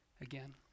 again